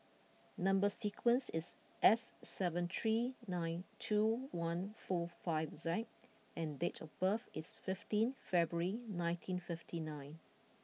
number sequence is S seven three nine two one four five Z and date of birth is fifteen February nineteen fifty nine